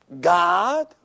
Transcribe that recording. God